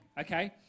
okay